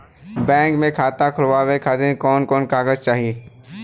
Bank मे खाता खोलवावे खातिर कवन कवन कागज चाहेला?